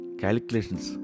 calculations